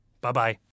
Bye-bye